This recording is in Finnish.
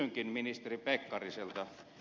kysynkin ministeri pekkariselta